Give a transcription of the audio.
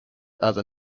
other